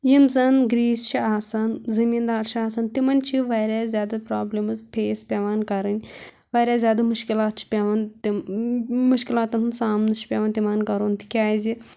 یِم زَن گرٛیٖسۍ چھِ آسان زٔمیٖندار چھِ آسان تِمَن چھِ واریاہ زیادٕ پرٛابلِمٕز فیس پٮ۪وان کَرٕنۍ واریاہ زیادٕ مُشکِلات چھِ پٮ۪وان تِم مُشکِلاتَن ہُنٛد سامنہٕ چھُ پٮ۪وان تِمَن کَرُن تِکیٛازِ